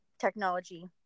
technology